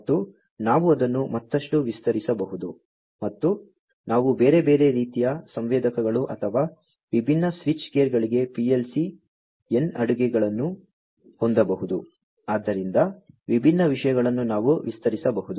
ಮತ್ತು ನಾವು ಅದನ್ನು ಮತ್ತಷ್ಟು ವಿಸ್ತರಿಸಬಹುದು ಮತ್ತು ನಾವು ಬೇರೆ ಬೇರೆ ರೀತಿಯ ಸಂವೇದಕಗಳು ಅಥವಾ ವಿಭಿನ್ನ ಸ್ವಿಚ್ ಗೇರ್ಗಳಿಗೆ PLC n ಅಡುಗೆಯನ್ನು ಹೊಂದಬಹುದು ಆದ್ದರಿಂದ ವಿಭಿನ್ನ ವಿಷಯಗಳನ್ನು ನಾವು ವಿಸ್ತರಿಸಬಹುದು